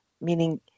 Meaning